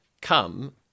come